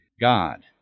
God